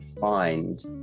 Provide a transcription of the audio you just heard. find